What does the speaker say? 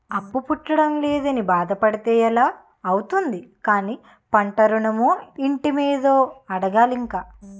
అప్పు పుట్టడం లేదని బాధ పడితే ఎలా అవుతుంది కానీ పంట ఋణమో, ఇంటి మీదో అడగాలి ఇంక